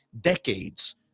decades